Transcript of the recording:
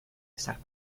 estar